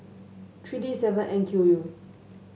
three D seven N Q U